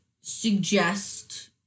suggest